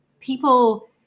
people